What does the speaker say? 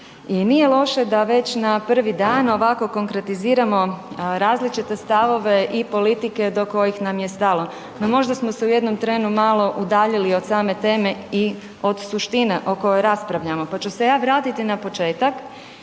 i nije loše da već na prvi dan ovako konkretiziramo različite stavove i politike do kojih nam je stalo. No, možda smo se u jednom trenu malo udaljili od same teme i od suštine o kojoj raspravljamo, pa ću se ja vratiti na početak